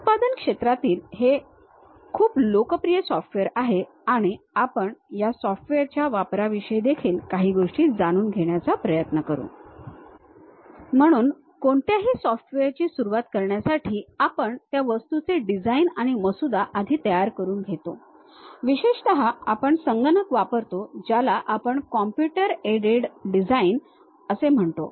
उत्पादन क्षेत्रातील हे खूप लोकप्रिय सॉफ्टवेअर आहे आणि आपण या सॉफ्टवेअरच्या वापराविषयी देखील काही गोष्टी जाणून घेण्याचा प्रयत्न करू म्हणून कोणत्याही सॉफ्टवेअरची सुरुवात करण्यासाठी आपण त्या वस्तूचे डिझाइन आणि मसुदा आधी तयार करून घेतो विशेषत आपण संगणक वापरतो ज्याला आपण कॉम्प्युटर एडेड डिझाइन म्हणतो